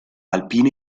alpino